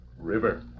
River